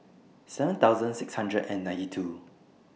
seven thousand six hundred and ninety two